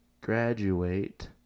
graduate